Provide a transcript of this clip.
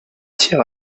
tir